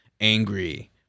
angry